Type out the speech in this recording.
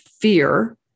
fear